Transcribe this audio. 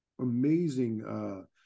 amazing